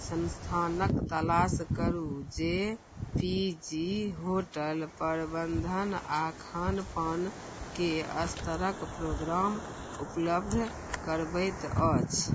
संस्थानक तलाश करू जे पी जी होटल प्रबंधन आ खानपान के स्तरक प्रोग्राम उपलब्ध करबैत अछि